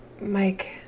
Mike